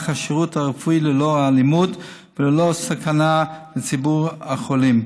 השירות הרפואי ללא אלימות וללא סכנה לציבור החולים.